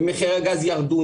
ומחירי הגז ירדו,